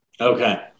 Okay